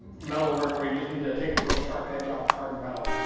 metal work where you just need to take a real sharp edge off a hard metal.